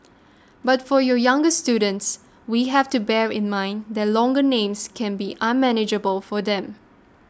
but for you younger students we have to bear in mind that longer names can be unmanageable for them